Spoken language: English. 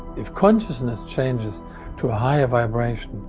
if consciousness changes to a higher vibration,